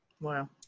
Wow